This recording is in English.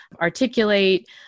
articulate